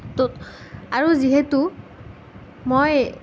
তো আৰু যিহেতু মই